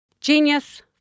Genius